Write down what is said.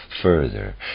further